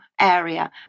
area